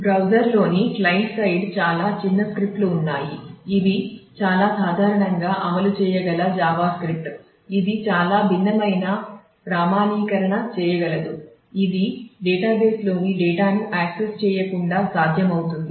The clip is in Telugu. బ్రౌజర్లోని క్లయింట్ సైడు చాలా చిన్న స్క్రిప్ట్లు ఉన్నాయి ఇవి చాలా సాధారణంగా అమలు చేయగల జావా స్క్రిప్ట్ ఇది చాలా భిన్నమైన ప్రామాణీకరణ చేయగలదు ఇది డేటాబేస్లోని డేటాను యాక్సెస్ చేయకుండా సాధ్యమవుతుంది